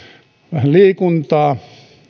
vähän liikuntaa